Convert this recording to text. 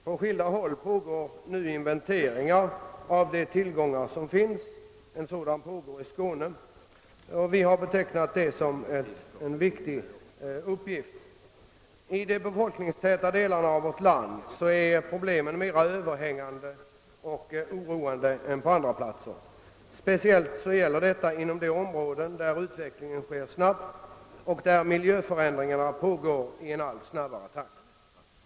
På skilda håll pågår nu inventeringar av de tillgångar som finns, bl.a. i Skåne. Vi har betecknat detta som en viktig uppgift. I de befolkningstäta delarna av vårt land är problemen mer överhängande och oroande än på andra platser. Speciellt gäller detta inom de regioner där utvecklingen sker snabbt och miljön förändras i allt raskare takt.